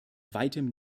weitem